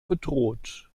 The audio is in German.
bedroht